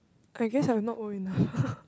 I guess I'm not old enough